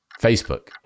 Facebook